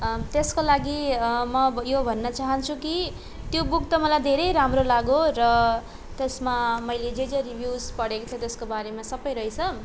त्यसको लागि म यो भन्न चाहन्छु कि त्यो बुक त मलाई धेरै राम्रो लाग्यो र त्यसमा मैले जे जे रिभ्युज पढेको थिएँ त्यसको बारेमा सबै रहेछ